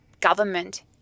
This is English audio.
government